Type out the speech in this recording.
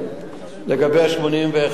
לגבי ה-81,